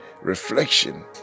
reflection